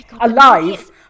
Alive